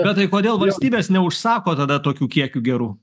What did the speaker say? bet tai kodėl valstybės neužsako tada tokių kiekių gerų